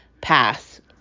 pass